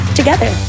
together